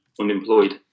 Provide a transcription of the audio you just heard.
unemployed